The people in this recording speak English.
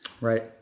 Right